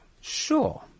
Sure